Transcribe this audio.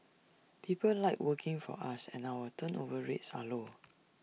people like working for us and our turnover rates are low